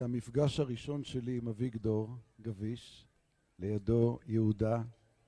המפגש הראשון שלי עם אביגדור גביש, לידו יהודה.